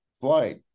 flight